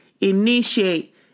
initiate